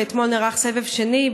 ואתמול נערך סבב שני,